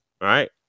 Right